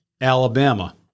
Alabama